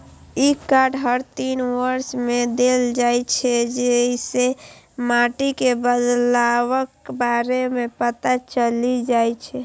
ई card हर तीन वर्ष मे देल जाइ छै, जइसे माटि मे बदलावक बारे मे पता चलि जाइ छै